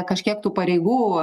kažkiek tų pareigų